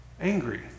angry